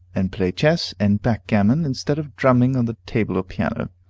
and play chess and backgammon instead of drumming on the table or piano.